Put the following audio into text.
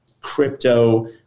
crypto